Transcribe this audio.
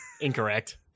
Incorrect